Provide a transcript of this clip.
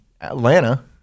Atlanta